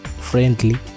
friendly